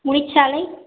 Munichalai